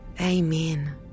Amen